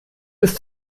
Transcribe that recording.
ist